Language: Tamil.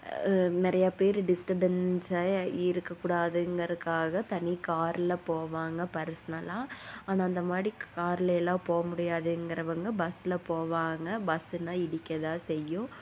நிறையா பேர் டிஸ்டபன்ஸாக இருக்கக் கூடாதுங்கறதுக்காக தனி காரில் போவாங்க பர்ஸ்னலாக ஆனால் அந்த மாரி கார்லலாம் போக முடியாதுங்கிறவங்க பஸ்ஸில் போவாங்க பஸ்ஸுனா இடிக்கத் தான் செய்யும்